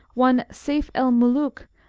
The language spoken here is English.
one seyf-el-mulook,